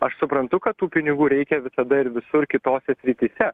aš suprantu kad tų pinigų reikia visada ir visur kitose srityse